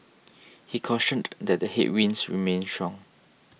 he cautioned that the headwinds remain strong